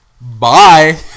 Bye